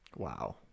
Wow